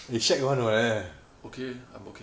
okay I'm ok eh